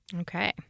Okay